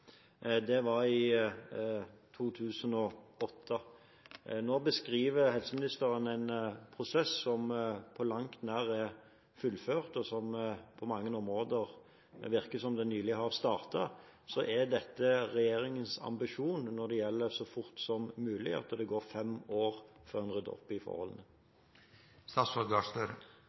Det var i 2008. Nå beskriver helseministeren en prosess som langt nær er fullført, og som på mange områder virker som den nylig har startet. Er dette regjeringens ambisjon når det gjelder så fort som mulig, at det går fem år før en rydder opp i